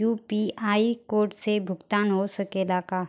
UPI code से भुगतान हो सकेला का?